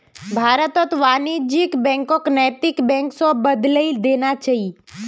भारतत वाणिज्यिक बैंकक नैतिक बैंक स बदलइ देना चाहिए